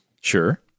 Sure